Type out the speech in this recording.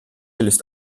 ist